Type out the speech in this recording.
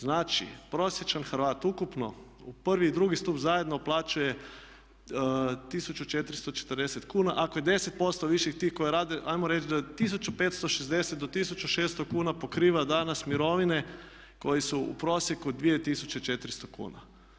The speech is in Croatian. Znači prosječan Hrvat ukupno u prvi i drugi stup zajedno uplaćuje 1440 kuna ako je 10% više tih koji rade 'ajmo reći da je 1560 do 1600 kuna pokriva danas mirovine koji su u prosjeku 2400 kuna.